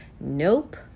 nope